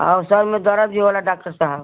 और सिर में दर्द भी होला डाक्टर साहब